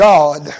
God